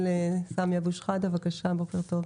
סמי אבו שחאדה, בוקר, בוקר טוב.